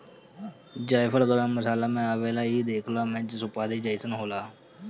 जायफल गरम मसाला में आवेला इ देखला में सुपारी जइसन होला